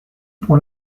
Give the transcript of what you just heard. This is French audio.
pour